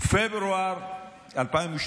פברואר 2012,